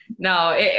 No